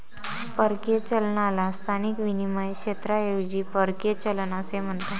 परकीय चलनाला स्थानिक विनिमय क्षेत्राऐवजी परकीय चलन असे म्हणतात